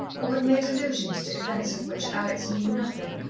or had made allusions to events of which alex knew nothing,